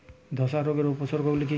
ধসা রোগের উপসর্গগুলি কি কি?